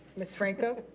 ms. franco.